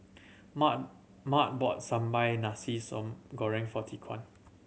Mart Mart bought sambal nasi soon goreng for Tyquan